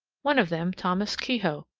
one of them thomas kehoe.